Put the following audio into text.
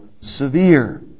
severe